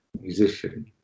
musician